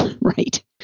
Right